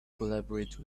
collaborate